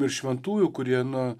ir šventųjų kurie na